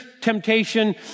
temptation